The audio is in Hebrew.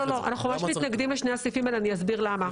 אנחנו ממש מתנגדים לשני הסעיפים האלה ואני אסביר למה.